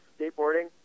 skateboarding